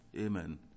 Amen